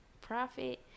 profit